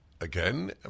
again